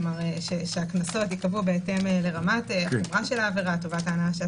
כלומר שהקנסות ייקבעו בהתאם לרמת העבירה וכו'.